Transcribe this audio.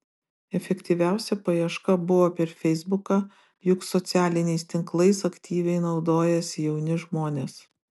efektyviausia paieška buvo per feisbuką juk socialiniais tinklais aktyviai naudojasi jauni žmonės